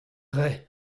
rae